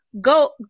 go